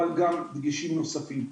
אבל גם דגשים נוספים.